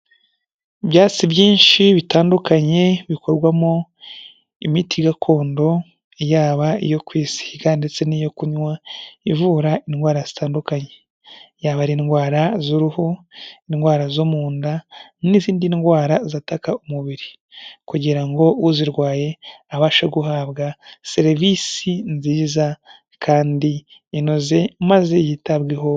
Ibyatsi byinshi bitandukanye bikorwamo imiti gakondo yaba iyo kwisiga ndetse n'iyo kunywa ivura indwara zitandukanye, yaba ari indwara z'uruhu, indwara zo mu nda n'izindi ndwara zataka umubiri, kugira ngo uzirwaye abashe guhabwa serivisi nziza kandi inoze maze yitabweho.